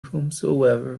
whomsoever